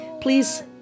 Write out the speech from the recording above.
Please